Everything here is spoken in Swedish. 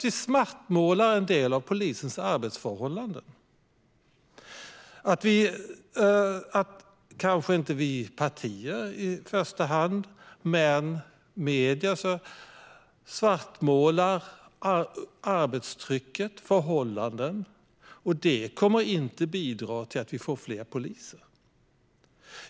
Vi svartmålar en del av polisens arbetsförhållanden. Kanske inte i första hand vi partier, men medier svartmålar arbetstrycket och förhållanden, och det kommer inte att bidra till att det blir fler poliser.